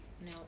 No